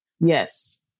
yes